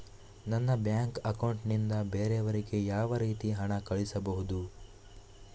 ನನ್ನ bank account ನಿಂದ ಬೇರೆಯವರಿಗೆ ಯಾವ ರೀತಿ ಹಣ ಕಳಿಸಬಹುದು?